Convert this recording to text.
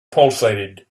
pulsated